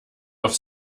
auf